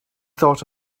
thought